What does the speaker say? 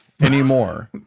anymore